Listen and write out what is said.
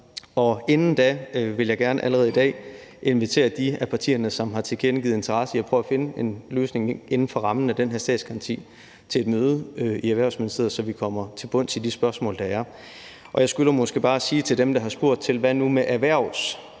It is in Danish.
Inden da vil jeg gerne allerede i dag invitere de partier, som har tilkendegivet interesse for at finde en løsning inden for rammen af den her statsgaranti, til et møde i Erhvervsministeriet, så vi kommer til bunds i de spørgsmål, der er. Jeg skylder måske bare at sige til dem, der har spurgt til de erhvervsdrivende,